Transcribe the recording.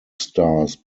stars